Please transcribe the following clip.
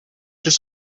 just